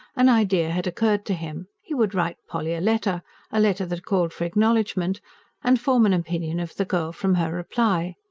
an idea had occurred to him he would write polly a letter a letter that called for acknowledgment and form an opinion of the girl from her reply.